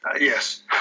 Yes